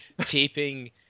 taping